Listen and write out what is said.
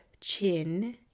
chin